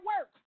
work